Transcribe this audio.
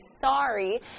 sorry